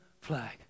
flag